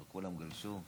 כולם גלשו.